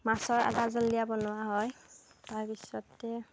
মাছৰ আদা জোল দিয়া বনোৱা হয় তাৰপিছতে